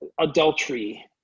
adultery